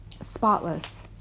spotless